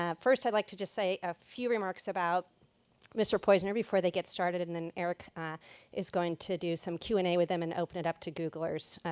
ah first, i'd like to just say a few remarks about mr. poizner before they get started. and then eric is going to do some q and a with him and open it up to googlers.